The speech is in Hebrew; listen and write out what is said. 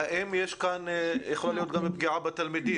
האם יכולה להיות פגיעה בתלמיד?